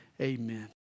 Amen